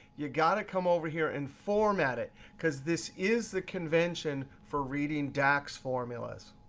you gotta come over here and format it. because this is the convention for reading dax formulas.